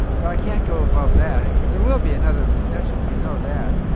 but i can't go above that. there will be another recession. we know that.